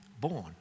born